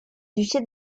duché